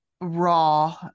raw